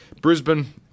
Brisbane